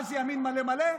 מה זה ימין מלא מלא?